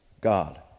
God